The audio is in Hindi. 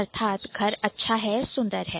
अर्थात घर अच्छा है सुंदर है